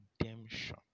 redemption